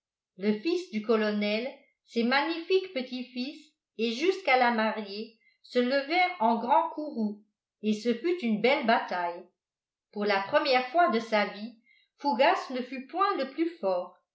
le fils du colonel ses magnifiques petits-fils et jusqu'à la mariée se levèrent en grand courroux et ce fut une belle bataille pour la première fois de sa vie fougas ne fut point le plus fort